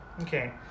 Okay